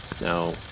Now